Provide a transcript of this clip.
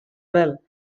well